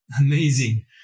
Amazing